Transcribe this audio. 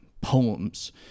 poems